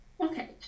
Okay